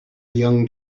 young